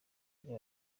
bwa